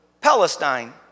Palestine